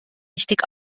richtig